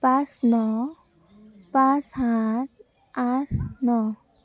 পাঁচ ন পাঁচ সাত আঠ ন